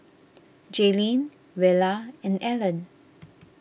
Jaylin Rella and Allen